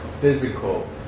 physical